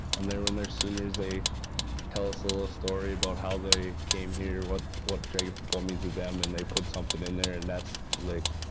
um they were in their seniors they tell us a little story about how they came here. what what dragon football means to them and they put something in there. and that's like,